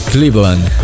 Cleveland